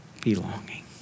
belonging